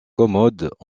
commodes